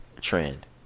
trend